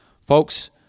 Folks